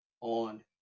on